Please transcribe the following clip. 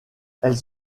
elles